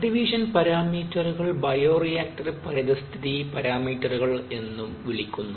cultivation പാരാമീറ്ററുകളെ bioreactor പരിതസ്ഥിതി പാരാമീറ്ററുകൾ എന്നും വിളിക്കുന്നു